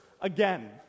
again